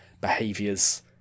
behaviors